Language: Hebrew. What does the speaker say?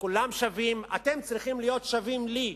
כולם שווים, אתם צריכים להיות שווים לי,